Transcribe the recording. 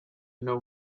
know